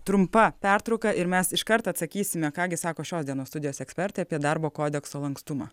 trumpa pertrauka ir mes iškart atsakysime ką gi sako šios dienos studijos ekspertai apie darbo kodekso lankstumą